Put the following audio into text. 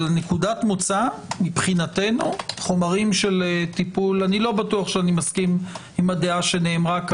אבל נקודת המוצא מבחינתנו אני לא בטוח שאני מסכים עם הדעה שנאמרה פה